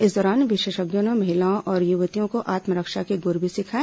इस दौरान विशेषज्ञों ने महिलाओं और युवतियों को आत्मरक्षा के गुर भी सिखाए